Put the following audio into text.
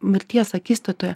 mirties akistatoje